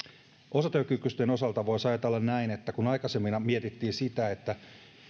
osatyökykyisten osalta voisi ajatella näin että kun aikaisemminhan mietittiin sitä